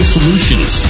Solutions